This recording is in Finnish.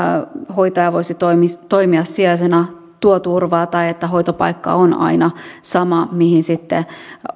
hoitaja voisi toimia sijaisena tuo turvaa tai se että on aina sama hoitopaikka mihin sitten